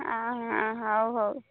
ଅଁ ହଁ ହଉ ହଉ